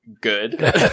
good